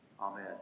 Amen